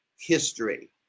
history